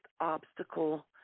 obstacle